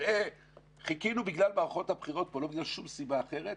נראה - חיכינו בגלל מערכות הבחירות פה ולא בגלל שום סיבה אחרת.